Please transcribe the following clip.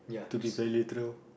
to be value through